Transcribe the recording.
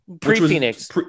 pre-phoenix